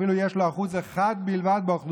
אפילו אם יש לו 1% בלבד באוכלוסייה,